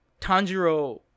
Tanjiro